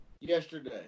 yesterday